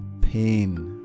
pain